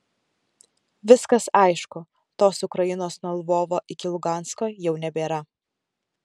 viskas aišku tos ukrainos nuo lvovo iki lugansko jau nebėra